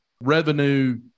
revenue